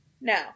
Now